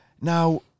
Now